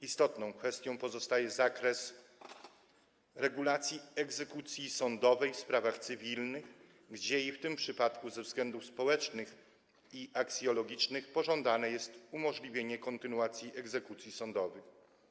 Istotną kwestią pozostaje zakres regulacji egzekucji sądowej w sprawach cywilnych, gdzie i w tym przypadku ze względów społecznych i aksjologicznych pożądane jest umożliwienie kontynuacji egzekucji sądowych.